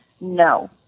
No